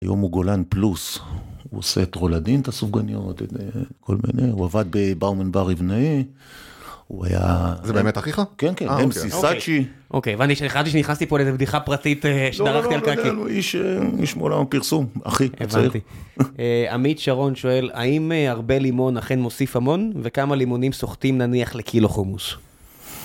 היום הוא גולן פלוס, הוא עושה את רולדין את הסופגניות, כל מיני, הוא עבד בבאומן בר אבנאי, הוא היה... זה באמת אחיך? כן, כן, MC, סאצ'י. אוקיי, ואני חשבתי שנכנסתי פה לבדיחה פרטית שדרכתי על קאקי. לא, לא, לא, לא, הוא איש מעולם פרסום, אחי. הבנתי. עמית שרון שואל, האם הרבה לימון אכן מוסיף המון, וכמה לימונים סוחטים נניח לקילו חומוס?